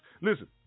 Listen